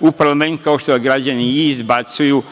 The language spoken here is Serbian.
u parlament kao što ga građani i izbacuju,